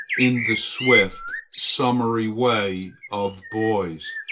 in the swift, summary way of boys,